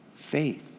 faith